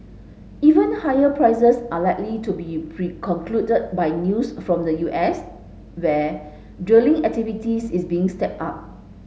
even higher prices are likely to be precluded by news from the U S where drilling activity is being stepped up